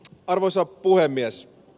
arvoisa puhemies